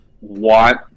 want